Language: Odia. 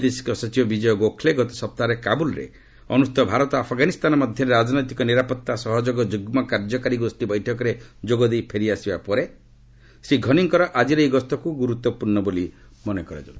ବୈଦେଶିକ ସଚିବ ବିଜୟ ଗୋଖ୍ଲେ ଗତ ସପ୍ତାହରେ କାବୁଲ୍ରେ ଅନୁଷ୍ଠିତ ଭାରତ ଆଫଗାନୀସ୍ତାନ ମଧ୍ୟରେ ରାଜନୈତିକ ନିରାପତ୍ତା ସହଯୋଗ ଯୁଗ୍କ କାର୍ଯ୍ୟକାରୀ ଗୋଷ୍ଠୀ ବୈଠକରେ ଯୋଗଦେଇ ଫେରିଆସିବା ପରେ ଶ୍ରୀ ଘନିଙ୍କର ଆଜିର ଏହି ଗସ୍ତକୁ ଗୁରୁତ୍ୱପୂର୍ଣ୍ଣ ବୋଲି ମନେକରାଯାଉଛି